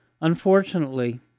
Unfortunately